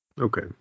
Okay